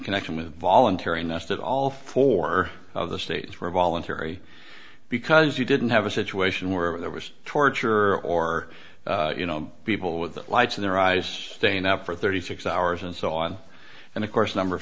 connection with voluntary nest it all four of the states were voluntary because you didn't have a situation where there was torture or you know people with lights in their eyes staying up for thirty six hours and so on and of course number